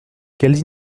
quelles